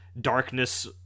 darkness